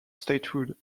statehood